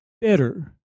better